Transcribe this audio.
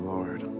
Lord